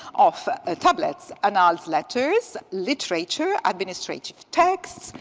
of ah tablets annals, letters, literature, administrative text,